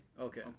Okay